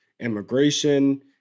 immigration